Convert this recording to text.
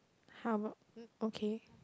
how about okay